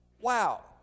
Wow